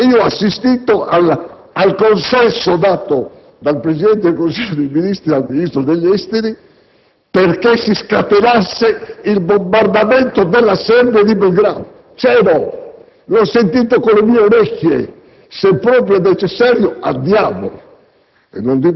ho assistito al consenso dato dal Presidente del Consiglio dei ministri al Ministro degli affari esteri perché si scatenasse il bombardamento della Serbia e di Belgrado! C'ero, l'ho sentito con le mie orecchie: «Se proprio è necessario, andiamo.»